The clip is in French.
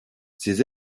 ses